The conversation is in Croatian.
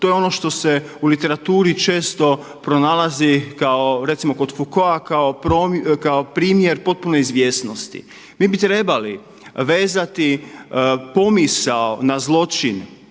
to je ono što se u literaturi često pronalazi kao recimo kod Fukoa kao primjer potpune izvjesnosti. Mi bi trebali vezati pomisao na zločin